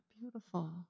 Beautiful